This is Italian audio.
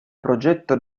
progetto